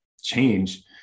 change